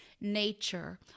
nature